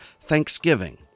Thanksgiving